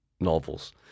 novels